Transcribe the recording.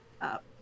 up